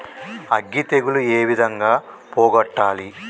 అగ్గి తెగులు ఏ విధంగా పోగొట్టాలి?